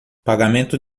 pagamento